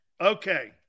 Okay